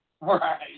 Right